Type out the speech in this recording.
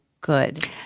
good